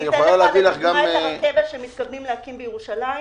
אני אתן לך כדוגמה את הרכבת שמתכוונים להקים בירושלים.